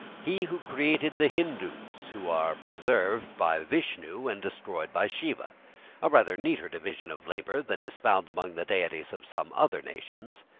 he who created the hindoos, who are preserved by vishnu and destroyed by siva a rather neater division of labor than is found among the deities of some other nations.